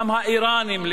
לצערי הרב,